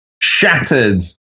Shattered